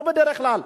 לא בדרך כלל.